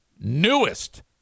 newest